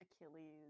Achilles